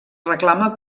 reclama